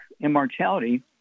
Immortality